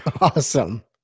Awesome